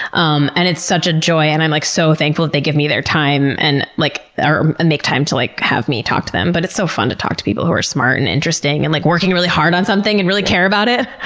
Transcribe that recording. um it's such a joy, and i'm like so thankful that they give me their time and like make time to like have me talk to them. but it's so fun to talk to people who are smart, and interesting, and like working really hard on something, and really care about it.